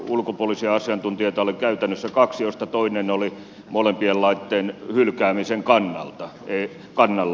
ulkopuolisia asiantuntijoita oli käytännössä kaksi joista toinen oli molempien lakien hylkäämisen kannalla